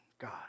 God